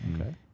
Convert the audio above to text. Okay